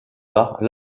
par